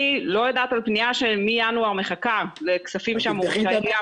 אני לא יודעת על פנייה שמינואר מחכה לכספים שאמורים להגיע.